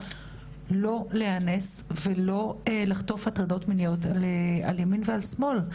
לא להיאנס ולא לחטוף הטרדות מיניות על ימין ועל שמאל.